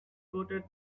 coated